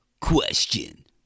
Question